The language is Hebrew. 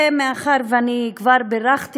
מאחר שאני כבר בירכתי,